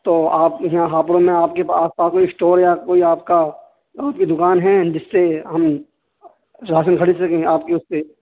تو آپ یہاں ہاپوڑ میں آپ کے آس پاس کوئی اسٹور یا کوئی آپ کا آپ کی دکان ہے جس سے ہم راشن خرید سکیں آپ کے اس سے